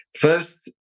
First